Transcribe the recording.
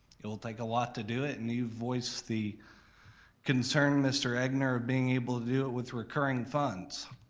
it'll take a lot to do it and you've voiced the concern, mr. egnor, of being able to do it with recurring funds.